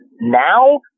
now